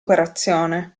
operazione